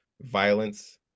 violence